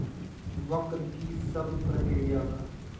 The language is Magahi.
वक्र कि शव प्रकिया वा?